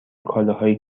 کالاهایی